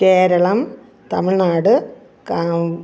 കേരളം തമിഴ്നാട് കാ